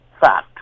fact